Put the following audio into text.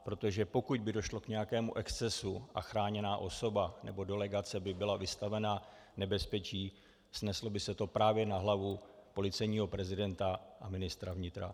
Protože pokud by došlo k nějakému excesu a chráněná osoba nebo delegace by byla vystavena nebezpečí, sneslo by se to právě na hlavu policejního prezidenta a ministra vnitra.